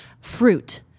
fruit